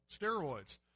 steroids